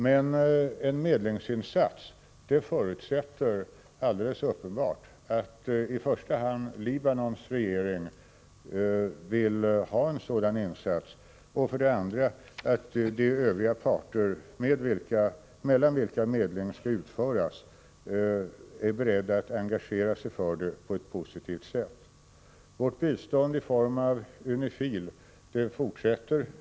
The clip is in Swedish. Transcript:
Men en medlingsinsats förutsätter alldeles uppenbart för det första att Libanons regering vill ha en sådan insats och för det andra att de övriga parter mellan vilka medling skall utföras är beredda att engagera sig för det på ett positivt sätt. Vårt bistånd i form av UNIFIL fortsätter.